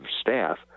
staff